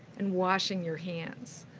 and washing your hands.